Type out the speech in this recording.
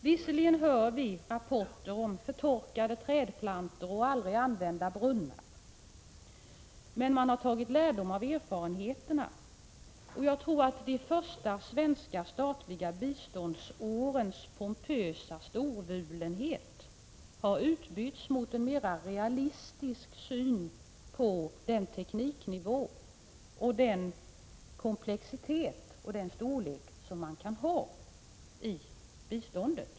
Visserligen hör vi rapporter om förtorkade trädplantor och aldrig använda brunnar, men man har tagit lärdom av erfarenheterna. Jag tror att de första svenska statliga biståndsårens pompösa storvulenhet har utbytts mot en mera realistisk syn på den tekniknivå, den komplexitet och den storlek som man kan ha i biståndet.